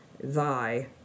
thy